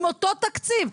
עם אותו תקציב.